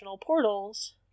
portals